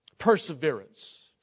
perseverance